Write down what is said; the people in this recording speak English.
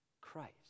Christ